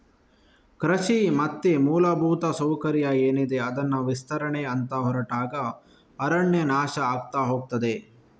ಕೃಷಿ ಮತ್ತೆ ಮೂಲಭೂತ ಸೌಕರ್ಯ ಏನಿದೆ ಅದನ್ನ ವಿಸ್ತರಣೆ ಅಂತ ಹೊರಟಾಗ ಅರಣ್ಯ ನಾಶ ಆಗ್ತಾ ಹೋಗ್ತದೆ